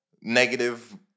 negative